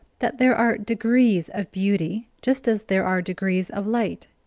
that there are degrees of beauty, just as there are degrees of light.